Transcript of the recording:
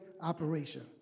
operation